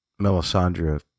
Melisandre